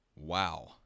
wow